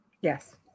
yes